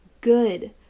good